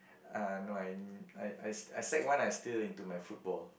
ah no I I I sec-one I still into my football